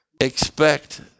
Expect